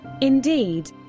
Indeed